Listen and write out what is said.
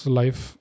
life